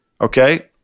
Okay